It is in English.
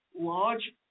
large